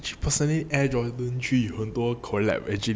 personally air jordan three 有很多 collab